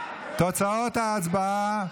תוצאות ההצבעה: